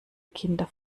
kinder